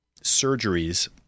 surgeries